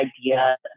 idea